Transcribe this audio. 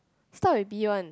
start with B one